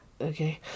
okay